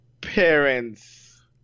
parents